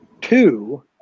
two